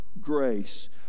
grace